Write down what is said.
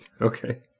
Okay